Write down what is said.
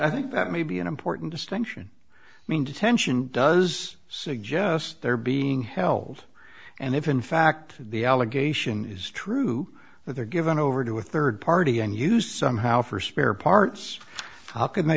i think that may be an important distinction i mean detention does suggest they're being held and if in fact the allegation is true that they're given over to a third party and used somehow for spare parts how can they